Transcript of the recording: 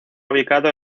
ubicado